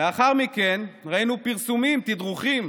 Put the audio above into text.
לאחר מכן, ראינו פרסומים, תדרוכים: